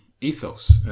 ethos